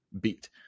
beat